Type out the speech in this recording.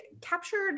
captured